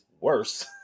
worse